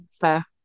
fair